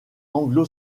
anglo